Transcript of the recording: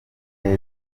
neza